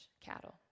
cattle